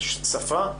של שפה,